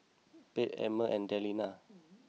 Pate Emmer and Dellia